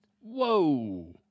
Whoa